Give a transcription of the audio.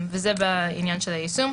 זה בעניין היישום.